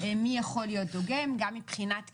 מי יכול להיות דוגם גם מבחינת כישורים,